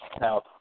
Now